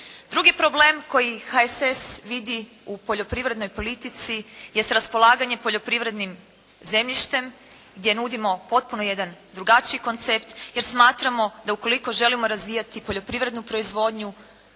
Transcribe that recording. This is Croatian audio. Drugi problem koji HSS vidi u poljoprivrednoj politici jest raspolaganje poljoprivrednim zemljištem gdje nudimo potpuno jedan drugačiji koncept, jer smatramo da ukoliko želimo razvijati poljoprivrednu proizvodnju,